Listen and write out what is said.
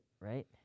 Right